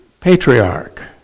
Patriarch